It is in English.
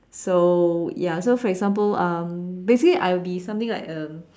so ya so for example um basically I will be something like um